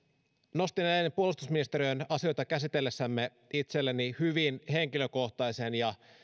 nostin eilen puolustusministeriön asioita käsitellessämme itselleni hyvin henkilökohtaisen ja